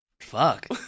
Fuck